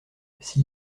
s’il